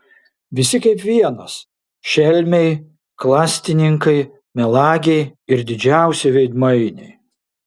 visi kaip vienas šelmiai klastininkai melagiai ir didžiausi veidmainiai